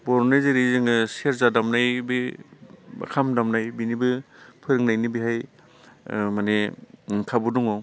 बर'नि जेरै जोङो सेरजा दामनाय बे खाम दामनाय बेनिबो फोरोंनायनि बेवहाय माने खाबु दङ